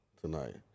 tonight